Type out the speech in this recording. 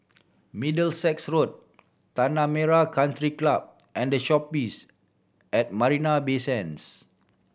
Middlesex Road Tanah Merah Country Club and The Shoppes at Marina Bay Sands